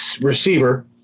receiver